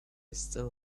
still